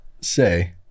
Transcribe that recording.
say